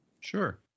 Sure